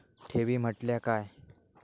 ठेवी म्हटल्या काय?